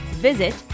visit